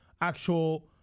actual